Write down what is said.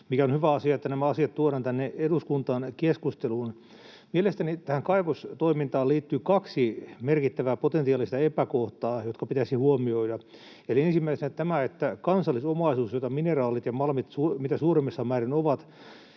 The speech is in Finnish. mikä on hyvä asia, koska nämä asiat tuodaan tänne eduskuntaan keskusteluun. Mielestäni tähän kaivostoimintaan liittyy kaksi merkittävää potentiaalista epäkohtaa, jotka pitäisi huomioida. Eli ensimmäisenä tämä, että kansallisomaisuus, jota mineraalit ja malmit mitä suuremmassa määrin ovat,